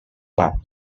but